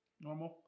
Normal